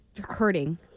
hurting